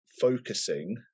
focusing